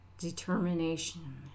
Determination